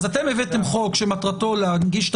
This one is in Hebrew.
אתם הבאתם חוק שמטרתו להנגיש את